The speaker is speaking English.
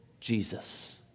Jesus